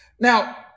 Now